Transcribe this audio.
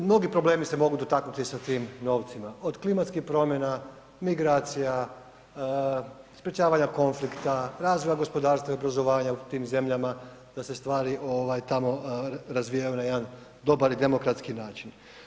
Mnogi problemi se mogu dotaknuti sa tim novcima od klimatskih promjena, migracija, sprječavanja konflikta, razvoja gospodarstva i obrazovanja u tim zemljama da se stvari ovaj tamo razvijaju na jedan dobar i demokratski način.